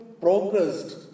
progressed